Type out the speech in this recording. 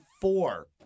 four